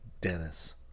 Dennis